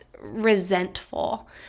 resentful